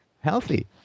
Healthy